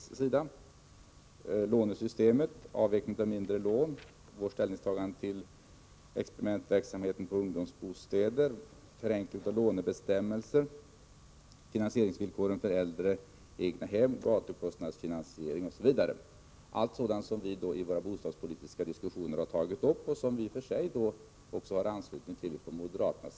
Det gäller lånesystemet, avvecklingen av mindre lån, ställningstagandet till experimentverksamheten för ungdomsbostäder, förenklade lånebestämmelser, finansieringsvillkoren för äldre egnahem, gatukostnadsfinansieringen, osv. Allt detta är sådant som vi i våra bostadspolitiska diskussioner tagit upp och som moderaterna i och för sig har anslutit sig till.